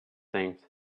things